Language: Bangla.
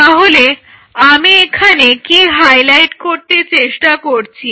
তাহলে আমি এখানে কি হাইলাইট করতে চেষ্টা করছি